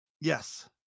Yes